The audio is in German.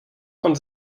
von